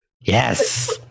Yes